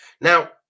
Now